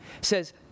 says